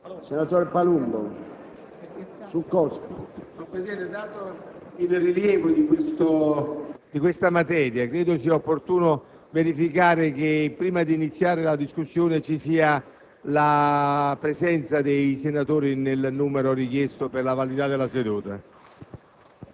*(PD-Ulivo)*. Signor Presidente, dato il rilievo della materia, credo sia opportuno verificare, prima di iniziare la discussione, la presenza dei senatori nel numero richiesto per la validità della seduta.